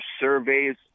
surveys